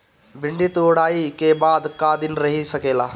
भिन्डी तुड़ायी के बाद क दिन रही सकेला?